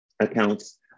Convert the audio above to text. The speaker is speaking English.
accounts